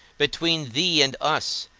between thee and us,